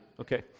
Okay